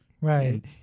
right